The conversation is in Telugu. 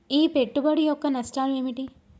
ఈ పెట్టుబడి యొక్క నష్టాలు ఏమిటి?